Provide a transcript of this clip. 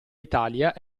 italia